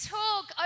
talk